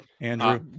Andrew